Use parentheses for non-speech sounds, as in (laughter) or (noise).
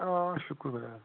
آ شُکر (unintelligible)